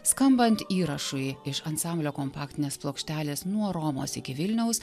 skambant įrašui iš ansamblio kompaktinės plokštelės nuo romos iki vilniaus